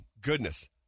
goodness